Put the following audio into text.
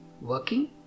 working